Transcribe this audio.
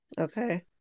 Okay